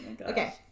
Okay